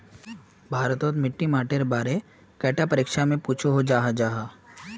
भारत तोत मिट्टी माटिर बारे कैडा परीक्षा में पुछोहो जाहा जाहा?